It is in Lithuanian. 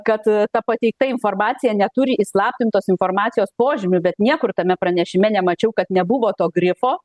kad ta pateikta informacija neturi įslaptintos informacijos požymių bet niekur tame pranešime nemačiau kad nebuvo to grifo